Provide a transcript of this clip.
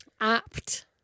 Apt